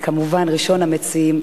וכמובן ראשון המציעים,